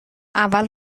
اول